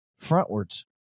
frontwards